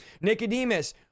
nicodemus